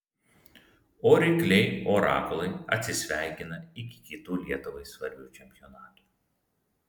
o rykliai orakulai atsisveikina iki kitų lietuvai svarbių čempionatų